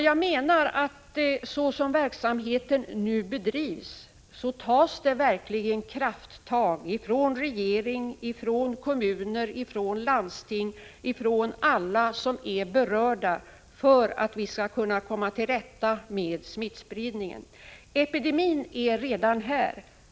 Jag menar att såsom verksamheten nu bedrivs tar verkligen regeringen, kommuner, landsting och alla de som är berörda krafttag för att vi skall kunna komma till rätta med smittspridningen. Epidemin är redan här.